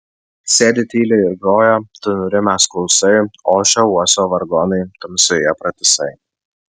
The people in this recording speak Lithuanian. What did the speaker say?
sėdi tyliai ir groja tu nurimęs klausai ošia uosio vargonai tamsoje pratisai